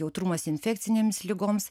jautrumas infekcinėms ligoms